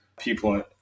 people